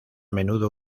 menudo